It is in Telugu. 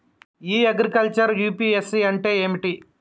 ఇ అగ్రికల్చర్ యూ.పి.ఎస్.సి అంటే ఏమిటి?